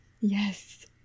Yes